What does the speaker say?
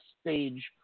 stage